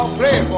play